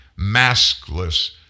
maskless